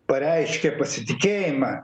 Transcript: pareiškė pasitikėjimą